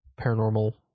paranormal